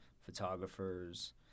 photographers